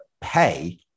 pay